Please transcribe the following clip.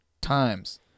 times